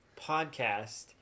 podcast